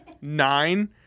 nine –